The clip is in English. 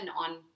on